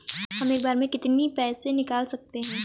हम एक बार में कितनी पैसे निकाल सकते हैं?